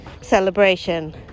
celebration